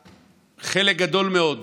וחלק גדול מאוד